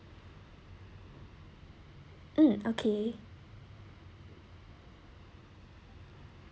mm okay